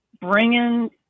bringing